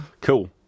Cool